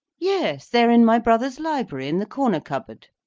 yes, they are in my brother's library, in the corner cupboard.